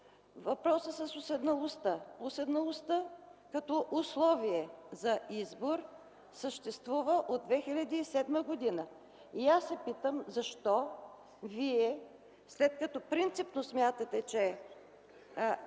въпросът с уседналостта. Уседналостта като условие за избор съществува от 2007 г. и аз се питам – след като принципно смятате, че това